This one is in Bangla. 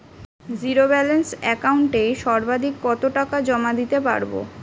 জীরো ব্যালান্স একাউন্টে সর্বাধিক কত টাকা জমা দিতে পারব?